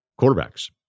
quarterbacks